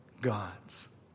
God's